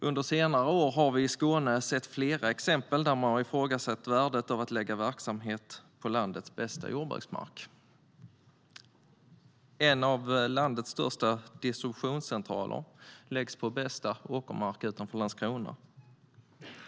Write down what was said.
Under senare år har vi i Skåne sett flera exempel där man har ifrågasatt värdet av att lägga verksamhet på landets bästa jordbruksmark. En av landets största distributionscentraler läggs på bästa åkermark utanför Landskrona.